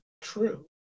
true